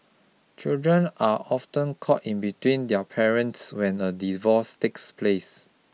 children are often caught in between their parents when a divorce takes place